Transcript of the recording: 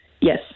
Yes